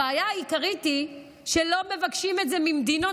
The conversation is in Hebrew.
הבעיה העיקרית היא שלא מבקשים את זה ממדינות